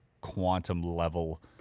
quantum-level